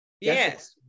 Yes